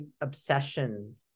obsession